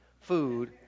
Food